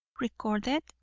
Recorded